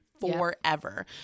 forever